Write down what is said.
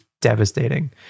devastating